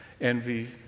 envy